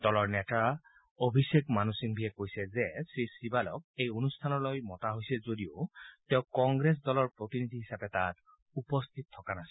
দলৰ নেতা অভিষেক মানু সিংভীয়ে কৈছে যে শ্ৰীচিবালক এই অনুষ্ঠানলৈ মতা হৈছিল যদিও তেওঁ কংগ্ৰেছ দলৰ প্ৰতিনিধি হিচাপে তাত উপস্থিত থকা নাছিল